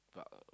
but